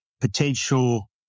potential